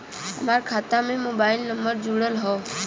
हमार खाता में मोबाइल नम्बर जुड़ल हो?